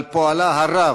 על פועלה הרב,